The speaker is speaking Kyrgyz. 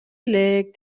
элек